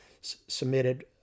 submitted